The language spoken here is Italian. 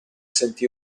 sentì